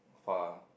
far